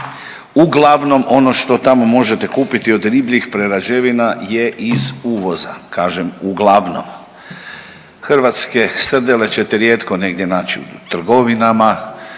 uglavnom ono što tamo možete kupiti od ribljih prerađevina je iz uvoza, kažem uglavnom. Hrvatske srdele ćete rijeko negdje naći u trgovinama,